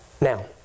Now